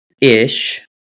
ish